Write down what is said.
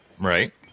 Right